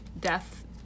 death